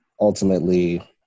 ultimately